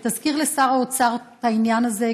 שתזכיר לשר האוצר את העניין הזה,